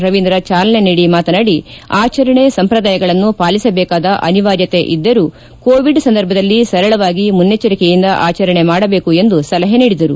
ರವೀಂದ್ರ ಚಾಲನೆ ನೀಡಿ ಮಾತನಾಡಿ ಆಚರಣೆ ಸಂಪ್ರದಾಯಗಳನ್ನು ಪಾಲಿಸಬೇಕಾದ ಅನಿವಾರ್ತೆ ಇದ್ದರೂ ಕೊವಿಡ್ ಸಂದರ್ಭದಲ್ಲಿ ಸರಳವಾಗಿ ಮನ್ನೆಚ್ಚರಿಕೆಯಿಂದ ಆಚರಣೆ ಮಾಡಬೇಕು ಎಂದು ಸಲಹೆ ನೀಡಿದರು